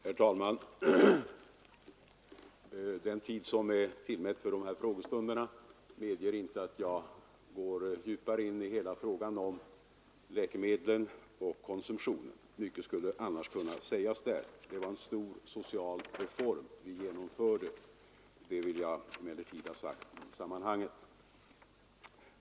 Herr talman! Den tid som är tillmätt för de här frågestunderna medger inte att jag går djupare in på hela frågan om läkemedlen och konsumtionen. Mycket skulle annars kunna sägas i den saken. Det var en stor reform som vi genomförde, det vill jag emellertid ha sagt i detta sammanhang.